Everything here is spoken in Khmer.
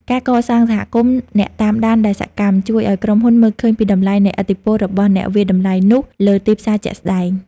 ការកសាងសហគមន៍អ្នកតាមដានដែលសកម្ម ជួយឱ្យក្រុមហ៊ុនមើលឃើញពីតម្លៃនៃឥទ្ធិពលរបស់អ្នកវាយតម្លៃនោះលើទីផ្សារជាក់ស្តែង។